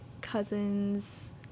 cousin's